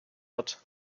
wird